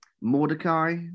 Mordecai